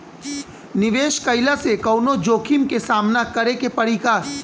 निवेश कईला से कौनो जोखिम के सामना करे क परि का?